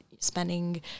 Spending